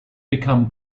become